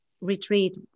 retreat